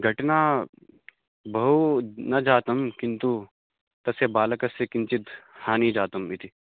घटना बहु न जाता किन्तु तस्य बालकस्य किञ्चित् हानिः जाता इति